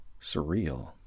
Surreal